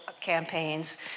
campaigns